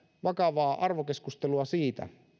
vakavaa arvokeskustelua siitä